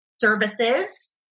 services